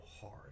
hard